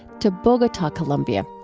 to bogota, colombia.